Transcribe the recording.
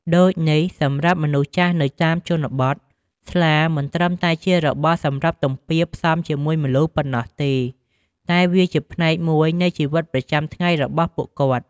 ដូចនេះ សម្រាប់មនុស្សចាស់នៅតាមជនបទ ស្លា មិនត្រឹមតែជារបស់សម្រាប់ទំពារផ្សំជាមួយម្លូប៉ុណ្ណោះទេ តែវាជាផ្នែកមួយនៃជីវិតប្រចាំថ្ងៃរបស់ពួកគាត់។